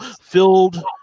filled